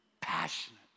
Passionate